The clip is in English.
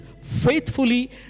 faithfully